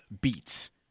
beats